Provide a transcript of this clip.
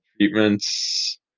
Treatments